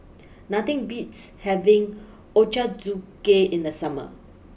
nothing beats having Ochazuke in the summer